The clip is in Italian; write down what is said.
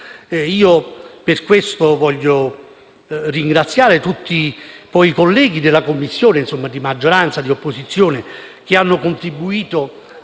no. Per questo voglio ringraziare tutti i colleghi della Commissione, di maggioranza e di opposizione, che hanno contribuito